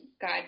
god